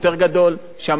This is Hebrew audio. אבל אנחנו שמים דגש.